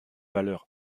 valeur